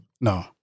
No